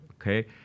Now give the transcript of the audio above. okay